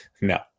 No